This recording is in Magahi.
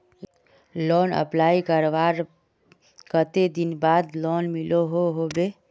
लोन अप्लाई करवार कते दिन बाद लोन मिलोहो होबे?